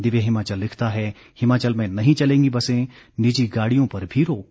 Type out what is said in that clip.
दिव्य हिमाचल लिखता है हिमाचल में नहीं चलेंगी बसें निजी गाड़ियों पर भी रोक